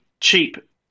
cheap